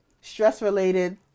stress-related